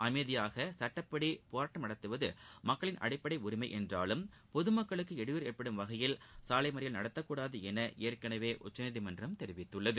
அமைதியாக சட்டப்படி போராட்டம் நடத்துவது மக்களின் அடிப்படை உரிமை என்றாலும் பொதுமக்களுக்கு இடையூறு ஏற்படும் வகையில் சாலை மறியல் நடத்தக்கூடாது என ஏற்கனவே உச்சநீதிமன்றம் தெரிவித்துள்ளது